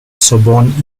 sorbonne